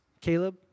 Caleb